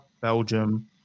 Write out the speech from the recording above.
Belgium